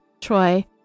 troy